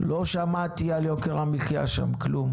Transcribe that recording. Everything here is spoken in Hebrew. לא שמעתי על יוקר המחיה שם כלום.